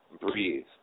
breathe